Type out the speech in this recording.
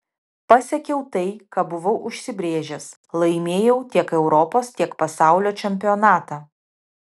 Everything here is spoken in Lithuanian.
pasiekiau tai ką buvau užsibrėžęs laimėjau tiek europos tiek pasaulio čempionatą